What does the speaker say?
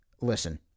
listen